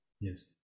yes